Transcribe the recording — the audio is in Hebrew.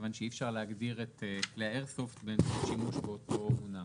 מכיוון שאי-אפשר להגדיר את כלי האיירסופט באמצעות שימוש באותו מונח.